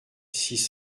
six